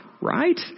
right